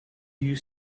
you